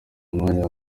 mwanya